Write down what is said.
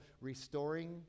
restoring